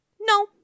No